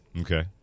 Okay